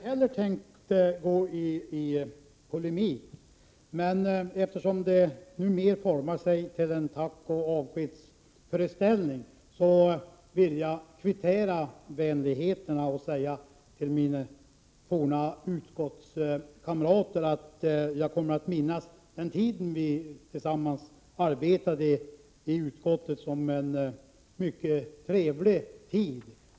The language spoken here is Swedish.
Herr talman! Jag hade inte heller tänkt gå i polemik. Eftersom detta nu mera formar sig till en tack-och-avskedsföreställning vill jag kvittera vänligheterna genom att säga till mina utskottskamrater att jag kommer att minnas den tid då vi tillsammans arbetade i utskottet som en mycket trevlig tid.